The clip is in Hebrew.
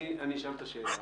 אני אשאל את השאלה.